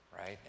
right